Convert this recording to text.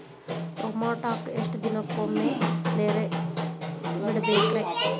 ಟಮೋಟಾಕ ಎಷ್ಟು ದಿನಕ್ಕೊಮ್ಮೆ ನೇರ ಬಿಡಬೇಕ್ರೇ?